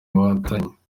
wahatanye